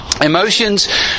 Emotions